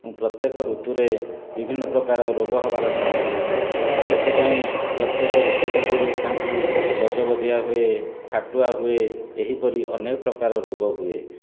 ଏବଂ ପ୍ରତ୍ୟେକ ଋତୁରେ ବିଭିନ୍ନ ପ୍ରକାର ରୋଗ ହେବାର ସମ୍ଭାବନା ଥାଏ ସେଥିପାଇଁ ପ୍ରତ୍ୟେକ ଋତୁ ପୂର୍ବରୁ ତାଙ୍କୁ ବଜବଜିଆ ହୁଏ ଫାଟୁଆ ହୁଏ ଏହିପରି ଅନେକ ପ୍ରକାର ରୋଗ ହୁଏ